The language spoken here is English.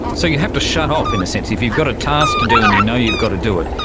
so you have to shut off, in a sense. if you've got a task to do and you know you've got to do it,